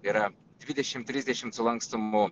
yra dvidešimt trisdešimt sulankstomų